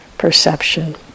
perception